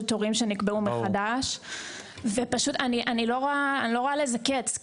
תורים שנקבעו מחדש ואני לא רואה לזה קץ,